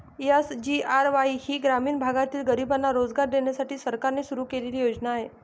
SGRY ही ग्रामीण भागातील गरिबांना रोजगार देण्यासाठी सरकारने सुरू केलेली योजना आहे